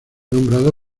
nombrado